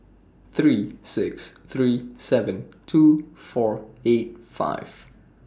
three six three seven two four eight five